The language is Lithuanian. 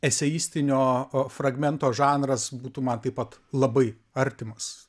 eseistinio fragmento žanras būtų man taip pat labai artimas